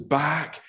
back